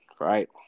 right